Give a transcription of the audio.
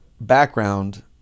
background